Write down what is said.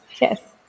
yes